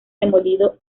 demolido